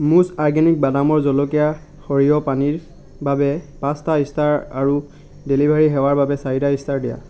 মুজ organic বাদামৰ জলকীয়া সৰিয়হৰ পানীৰ বাবে পাঁচটা ষ্টাৰ আৰু ডেলিভাৰী সেৱাৰ বাবে চাৰিটা ষ্টাৰ দিয়া